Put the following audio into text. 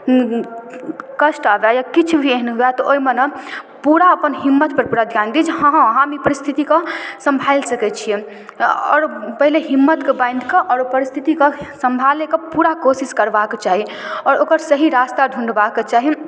कष्ट आबै या किछु भी एहन हुअए तऽ ओहिमे ने पूरा अपन हिम्मतपर पूरा धिआन दी जे हम ई परिस्थितिके सम्हारि सकै छिए आओर पहिले हिम्मतके बान्हिके आओर ओहि परिस्थितिके सम्हारैके पूरा कोशिश करबाके चाही आओर ओकर सही रास्ता ढूँढबाके चाही